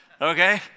okay